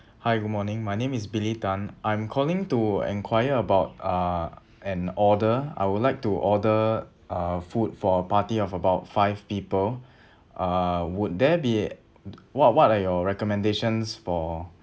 hi good morning my name is billy tan I'm calling to enquire about uh an order I would like to order uh food for a party of about five people uh would there be what what are your recommendations for